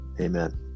amen